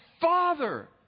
Father